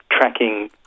tracking